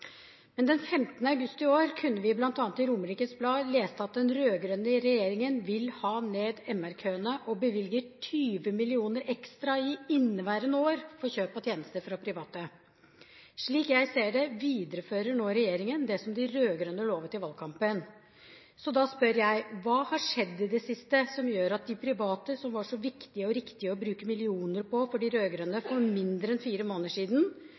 Men den 15. august i år kunne vi bl.a. i Romerikes Blad lese at den rød-grønne regjeringen ville ha ned MR-køene og bevilget 20 mill. kr ekstra i inneværende år til kjøp av tjenester fra private. Slik jeg ser det, viderefører nå regjeringen det som de rød-grønne lovet i valgkampen. Så da spør jeg: Hva har skjedd i det siste som gjør at de private, som var så viktige og riktige å bruke millioner på for de rød-grønne for mindre enn fire måneder siden,